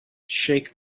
shake